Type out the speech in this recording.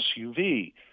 SUV